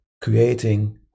creating